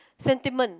sentiment